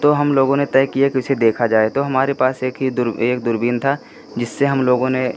तो हमलोगों ने तय किया कि उसे देखा जाए तो हमारे पास एक ही दूर एक दूरबीन था जिससे हमलोगों ने